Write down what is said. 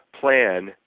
plan